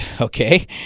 Okay